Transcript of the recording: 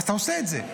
אז אתה עושה את זה.